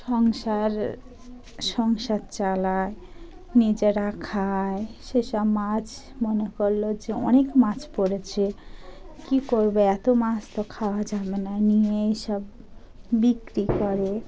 সংসার সংসার চালায় নিজেরা খায় সেসব মাছ মনে করলো যে অনেক মাছ পড়েছে কী করবে এতো মাছ তো খাওয়া যাবে না নিয়ে এইসব বিক্রি করে